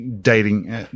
dating